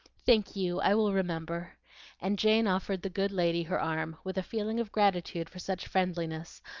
thank you, i will remember and jane offered the good lady her arm, with a feeling of gratitude for such friendliness,